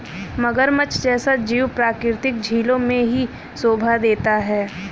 मगरमच्छ जैसा जीव प्राकृतिक झीलों में ही शोभा देता है